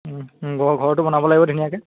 ঘৰটো বনাব লাগিব ধুনীয়াকৈ